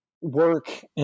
work